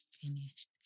finished